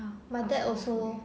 !huh! my dad also